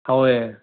होय